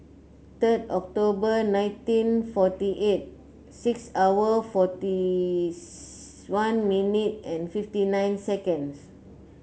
third October nineteen forty eight six hour forty one minute and fifty nine seconds